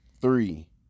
Three